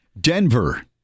Denver